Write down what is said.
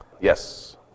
Yes